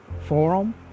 forum